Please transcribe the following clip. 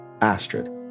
astrid